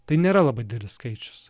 tai nėra labai didelis skaičius